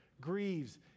grieves